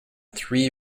three